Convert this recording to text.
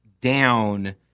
down